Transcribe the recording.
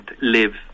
live